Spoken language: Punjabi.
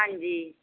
ਹਾਂਜੀ